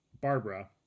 Barbara